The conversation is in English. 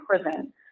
prison